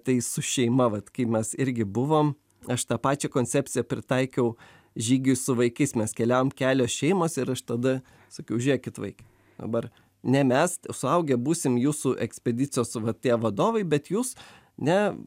tai su šeima vat kai mes irgi buvom aš tą pačią koncepciją pritaikiau žygiui su vaikais mes keliavom kelios šeimos ir aš tada sakiau žėkit vaikai dabar ne mes suaugę būsim jūsų ekspedicijos va tie vadovai bet jūs ne